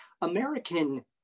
American